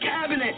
cabinet